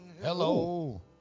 Hello